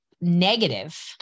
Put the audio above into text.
negative